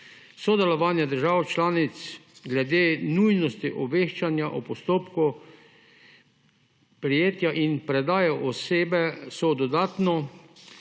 Sodelovanje držav članic glede nujnosti obveščanja o postopku prijetja in predaje osebe je dodatno